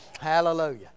Hallelujah